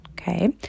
Okay